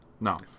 No